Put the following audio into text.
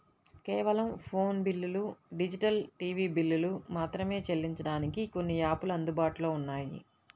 కేవలం ఫోను బిల్లులు, digital TV బిల్లులు మాత్రమే చెల్లించడానికి కొన్ని యాపులు అందుబాటులో ఉన్నాయి